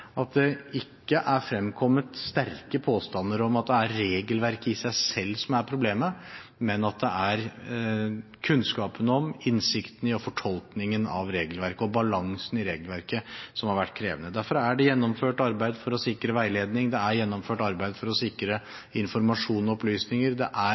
at det ikke er fremkommet sterke påstander om at det er regelverket i seg selv som er problemet, men at det er kunnskapen om, innsikten i og fortolkningen av regelverket og balansen i regelverket som har vært krevende. Derfor er det gjennomført et arbeid for å sikre veiledning. Det er gjennomført arbeid for å sikre informasjon og opplysninger. Det er